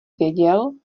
věděl